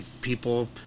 people